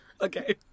Okay